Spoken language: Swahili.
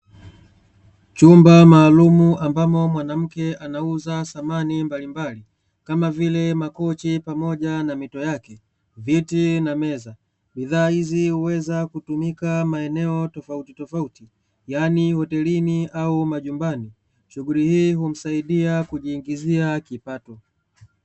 Chumba maalumu, ambapo mwanamke anauza samani mbalimbali kama vile makochi pamoja na miito yake, viti na meza. Bidhaa hizi huweza kutumika maeneo tofautitofauti yaani hotelini au majumbani, shughuli hii humsaidia kujiingizia kipato.